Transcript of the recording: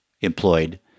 employed